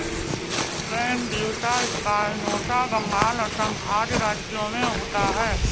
Bambusa spinosa Bengal, Assam आदि राज्यों में उगता है